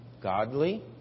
godly